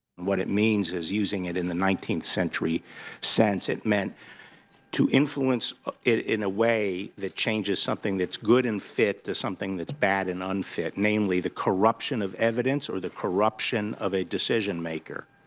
what it means is, using it in the nineteenth century sense, it meant to influence in a way that changes something that's good and fit to something that's bad and unfit, namely, the corruption of evidence or the corruption of a decision-maker.